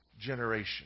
generation